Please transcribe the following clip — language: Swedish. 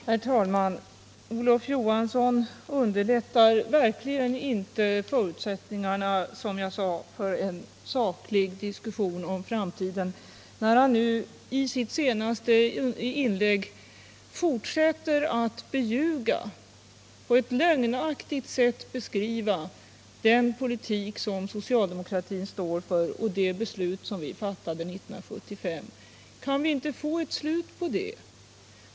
Herr talman! Olof Johansson ökar verkligen inte förutsättningarna för en saklig diskussion om framtiden, när han i sitt senaste inlägg fortsätter att beljuga, att på ett lögnaktigt sätt beskriva, den politik som socialdemokratin står för och det beslut som vi fattade 1975. Kan vi inte få ett slut på det?